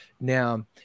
Now